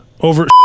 over